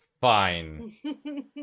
fine